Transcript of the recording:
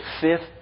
fifth